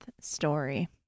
story